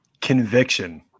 Conviction